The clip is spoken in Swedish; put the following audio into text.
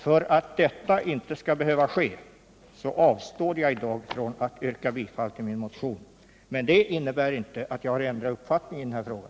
För att detta inte skall behöva ske avstår jag i dag från att yrka bifall till min motion. Men det innebär inte att jag har ändrat uppfattning i denna fråga.